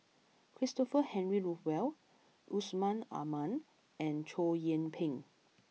Christopher Henry Rothwell Yusman Aman and Chow Yian Ping